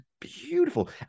beautiful